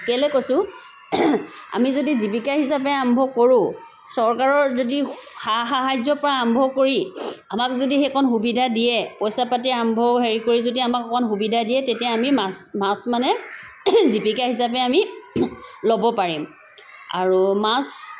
কেলে কৈছো আমি যদি জীৱিকা হিচাপে আৰম্ভ কৰো চৰকাৰৰ যদি সা সাহাৰ্যৰ পৰা আৰম্ভ কৰি আমাক যদি সেইকণ সুবিধা দিয়ে পইচা পাতি আৰম্ভ হেৰি কৰি যদি আমাক অকণ সুবিধা দিয়ে তেতিয়া আমি মাছ মাছ মানে জীৱিকা হিচাপে আমি ল'ব পাৰিম আৰু মাছ